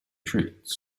treats